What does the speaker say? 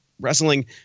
Wrestling